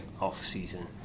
off-season